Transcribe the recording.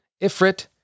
Ifrit